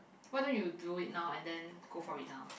why don't you do it now and then go for it now